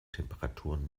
temperaturen